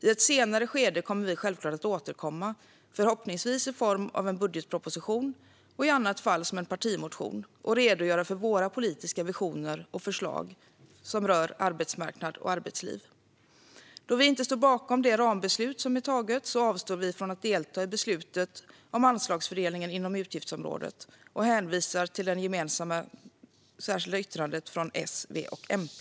I ett senare skede kommer vi självklart att återkomma, förhoppningsvis i form av en budgetproposition och i annat fall som en partimotion och redogöra för våra politiska visioner och förslag som rör arbetsmarknad och arbetsliv. Då vi inte står bakom det rambeslut som är taget avstår vi från att delta i beslutet om anslagsfördelningen inom utgiftsområdet och hänvisar till det gemensamma särskilda yttrandet från S, V och MP.